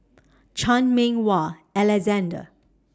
Chan Meng Wah Alexander